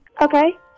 Okay